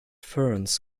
ferns